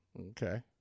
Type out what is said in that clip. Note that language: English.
Okay